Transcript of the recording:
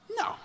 No